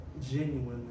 Genuinely